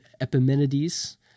Epimenides